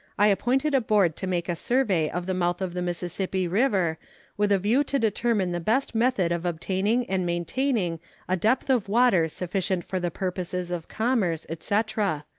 i appointed a board to make a survey of the mouth of the mississippi river with a view to determine the best method of obtaining and maintaining a depth of water sufficient for the purposes of commerce, etc.